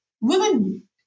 Women